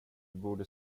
borde